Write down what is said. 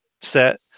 set